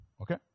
Okay